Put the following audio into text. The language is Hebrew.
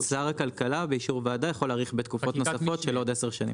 שר הכלכלה באישור הוועדה יכול להאריך בתקופות נוספות של עוד 10 שנים.